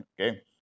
Okay